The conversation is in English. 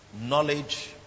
knowledge